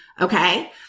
Okay